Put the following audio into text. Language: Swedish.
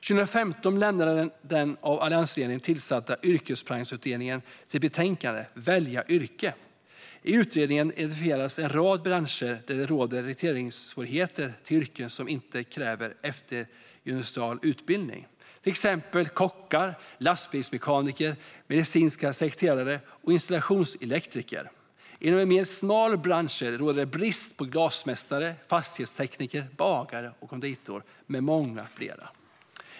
2015 lämnade den av alliansregeringen tillsatta Yrkesprogramsutredningen sitt betänkande Välja yrke . I utredningen identifierades en rad branscher där det råder rekryteringssvårigheter till yrken som inte kräver eftergymnasial utbildning. Det gäller till exempel kockar, lastbilsmekaniker, medicinska sekreterare och installationselektriker. Inom mer smala branscher råder det brist på glasmästare, fastighetstekniker, bagare eller konditor och många fler.